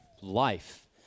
life